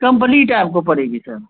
complete आपको पड़ेगी sir